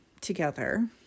together